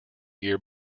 year